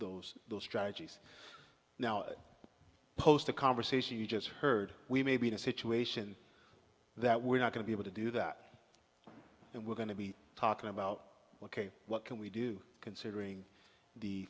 those strategies now post a conversation you just heard we may be in a situation that we're not going to be able to do that and we're going to be talking about what can we do considering the